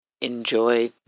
enjoy